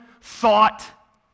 thought